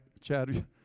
Chad